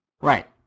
Right